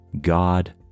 God